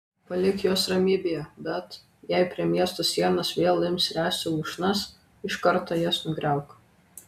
palik juos ramybėje bet jei prie miesto sienos vėl ims ręsti lūšnas iš karto jas nugriauk